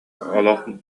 олох